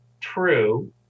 true